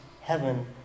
heaven